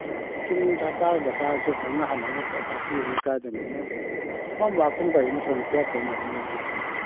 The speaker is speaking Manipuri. ꯑꯥ ꯁ꯭ꯀꯨꯟ ꯁꯔꯀꯥꯔꯒꯤꯗ ꯀꯥꯔꯁꯨ ꯐꯖꯅ ꯍꯜꯂꯛꯂꯒ ꯇꯥꯛꯄꯤꯔꯗꯤ ꯀꯥꯏꯗꯕꯅꯤꯗ ꯑꯗꯨꯝ ꯍꯣꯝꯋꯥꯛꯀꯨꯝꯕ ꯀꯔꯤꯒꯨꯝꯕ ꯊꯣꯏꯅ ꯄꯤꯔꯛꯇꯕ ꯃꯥꯜꯂꯤ ꯃꯈꯣꯏꯁꯦ ꯍꯜꯂꯛꯄꯗ